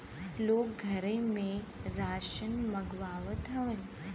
लोग घरे से रासन मंगवावत हउवन